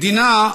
מדינה,